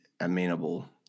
amenable